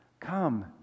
come